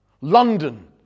London